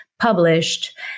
published